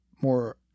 more